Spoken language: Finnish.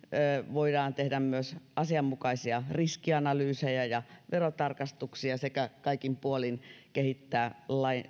voidaan tehdä myös asianmukaisia riskianalyyseja ja verotarkastuksia sekä kaikin puolin kehittää